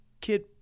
Kid